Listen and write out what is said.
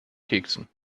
keksen